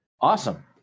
awesome